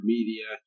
Media